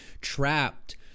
trapped